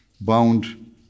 bound